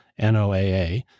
NOAA